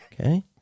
Okay